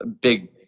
big